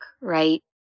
right